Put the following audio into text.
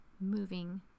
moving